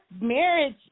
marriage